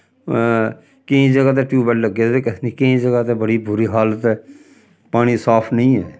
केईं ज'गा ते ट्यूबैल्ल लग्गे दे केह् आखदे केईं ज'गा ते बड़ी बुरी हालत ऐ पानी साफ नेईं ऐ